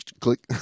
Click